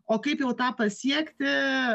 o kaip jau tą pasiekti